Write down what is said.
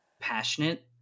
passionate